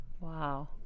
Wow